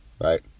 right